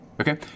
Okay